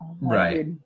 Right